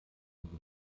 und